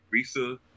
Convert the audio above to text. Risa